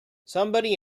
somebody